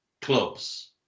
clubs